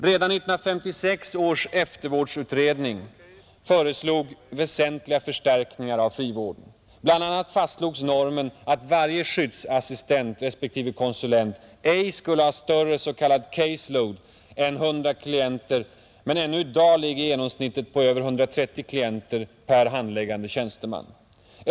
Redan 1956 års eftervårdsutredning föreslog väsentliga förstärkningar av frivården. BL. a. fastslogs normen att varje skyddsassistent respektive skyddskonsulent ej skulle ha större s.k. ”case-load” än 100 klienter, men ännu i dag ligger genomsnittet på över 130 klienter per handläggande tjänsteman.